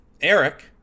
Eric